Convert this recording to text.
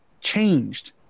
changed